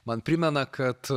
man primena kad